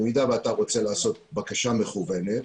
במידה ואתה רוצה לעשות בקשה מקוונת,